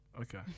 Okay